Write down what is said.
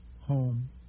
home